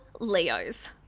Leos